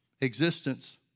existence